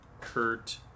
Kurt